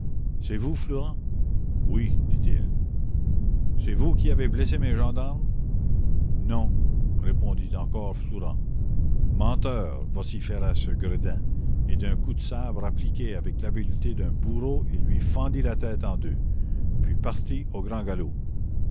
c'est vous flourens oui dit-il c'est vous qui avez blessé mes gendarmes non répondit encore flourens menteur vociféra ce gredin et d'un coup de sabre appliqué avec l'habileté d'un bourreau il lui fendit la tête en deux puis partit au grand galop